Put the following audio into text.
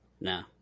No